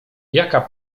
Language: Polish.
jaka